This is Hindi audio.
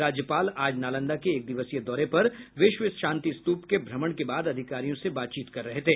राज्यपाल आज नालंदा के एक दिवसीय दौरे पर विश्व शांति स्तूप के भ्रमण के बाद अधिकारियों से बात कर रहे थे